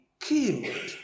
killed